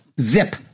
Zip